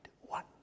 one